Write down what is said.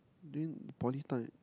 during poly time